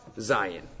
Zion